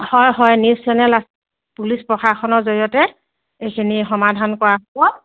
হয় হয় news channel আছে পুলিচ প্ৰশাসনৰ জৰিয়তে এইখিনি সমাধান কৰা হ'ব